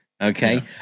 okay